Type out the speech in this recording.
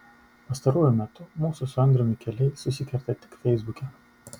pastaruoju metu mūsų su andriumi keliai susikerta tik feisbuke